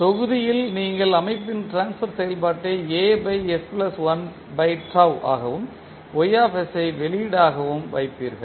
தொகுதியில் நீங்கள் அமைப்பின் ட்ரான்ஸ்பர் செயல்பாட்டை ஆகவும் ஐ வெளியீடாகும் வைப்பீர்கள்